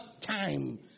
time